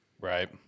right